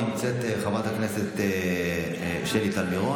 נמצאים חברת הכנסת שלי טל מירון,